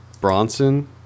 Bronson